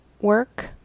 work